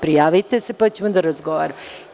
Prijavite se pa ćemo da razgovaramo.